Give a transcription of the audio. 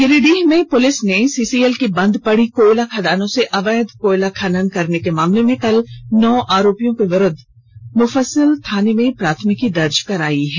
Giridih police ने CCL की बंद पड़ी कोयला खदानों से अवैध कोयला खनन करने के मामले में कल नौ आरोपियों के विरुद्ध मुफस्सिल थाना में प्राथमिकी दर्ज की है